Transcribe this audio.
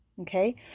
okay